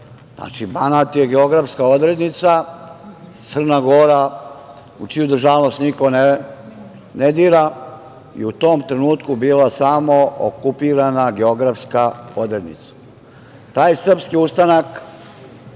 Banat je geografska odrednica, Crna Gora, u čiju državnost niko ne dira, je u tom trenutku bila samo okupirana geografska odrednica. Taj srpski ustanak